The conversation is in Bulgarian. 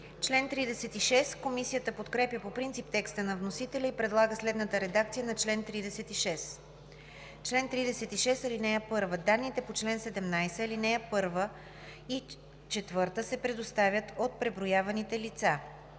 Комисията подкрепя по принцип текста на вносителя и предлага следната редакция на чл. 36: „Чл. 36. (1) Данните по чл. 17, ал. 1 и 4 се предоставят от преброяваните лица.